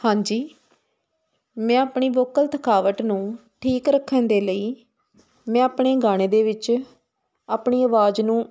ਹਾਂਜੀ ਮੈਂ ਆਪਣੀ ਵੋਕਲ ਥਕਾਵਟ ਨੂੰ ਠੀਕ ਰੱਖਣ ਦੇ ਲਈ ਮੈਂ ਆਪਣੇ ਗਾਣੇ ਦੇ ਵਿੱਚ ਆਪਣੀ ਆਵਾਜ਼ ਨੂੰ